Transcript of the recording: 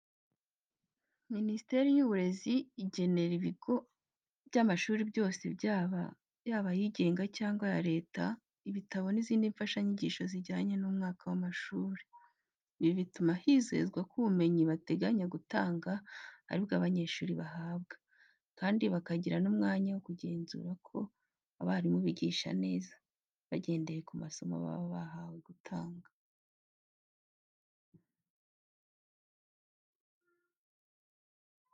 Minisiteri y’Uburezi igenera ibigo by’amashuri byose, yaba ayigenga cyangwa aya leta, ibitabo n’izindi mfashanyigisho zijyanye n’umwaka w’amashuri. Ibi bituma hizezwa ko ubumenyi bateganya gutanga ari bwo abanyeshuri bahabwa, kandi bakagira n'umwanya wo kugenzura ko abarimu bigisha neza, bagendeye ku masomo baba bahawe gutanga.